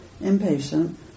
impatient